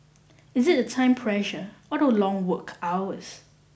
is it the time pressure or the long work hours